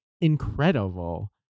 incredible